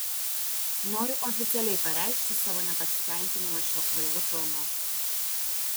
noriu oficialiai pareikšti savo nepasitenkinimą šiuo kvailu planu